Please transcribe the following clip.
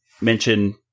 mention